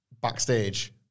backstage